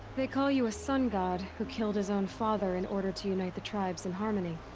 they call you a sun god. who killed his own father in order to unite the tribes in harmony.